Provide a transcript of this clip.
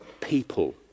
people